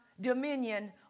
dominion